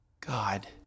God